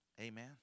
Amen